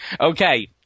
Okay